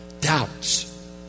Doubts